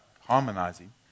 harmonizing